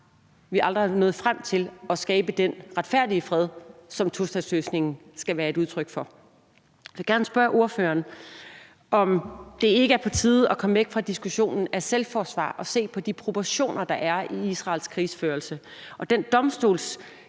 vi aldrig har nået frem til at skabe den retfærdige fred, som tostatsløsningen skal være et udtryk for. Jeg vil gerne spørge ordføreren, om det ikke er på tide at komme væk fra diskussionen om selvforsvar og se på de proportioner, der er i Israels krigsførelse,